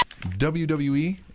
WWE